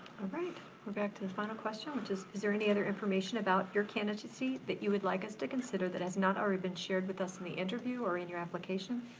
right. we're back to the final question which is, is there any other information about your candidacy that you would like us to consider that has not already been shared with us in the interview or in your application?